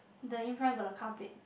the in front got the car plate